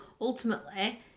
ultimately